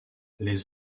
les